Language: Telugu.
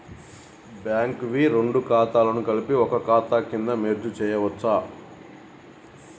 బ్యాంక్ వి రెండు ఖాతాలను కలిపి ఒక ఖాతా కింద మెర్జ్ చేయచ్చా?